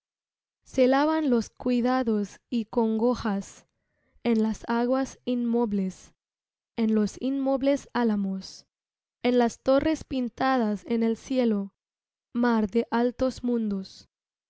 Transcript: se lavan los cuidados y congojas en las aguas inmobles en los inmobles álamos en las torres pintadas en el cielo mar de altos mundos